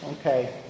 Okay